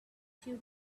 she